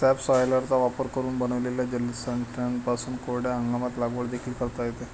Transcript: सबसॉयलरचा वापर करून बनविलेल्या जलसाठ्यांपासून कोरड्या हंगामात लागवड देखील करता येते